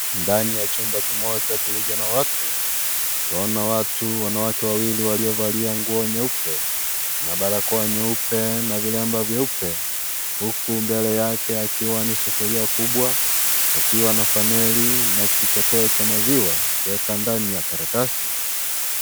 Ndani ya chumba kimoja kilicho na watu utaona watu, wanawake wawili waliovalia nguo nyeupe na barakoa nyeupe na vilemba vyeupe, huku mbele yake ikiwa ni sufuria kubwa akiwa na funneli na kichoteo cha maziwa kuweka ndani ya karatasi.